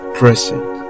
present